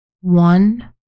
One